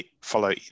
follow